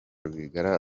rwigara